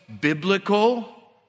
biblical